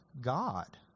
God